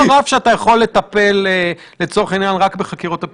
הכנסת רשאית לבטל את ההכרזה ג)